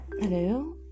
Hello